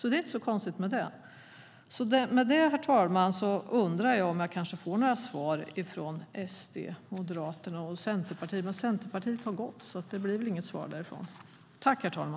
Det är inget konstigt med det.